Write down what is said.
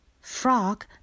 Frog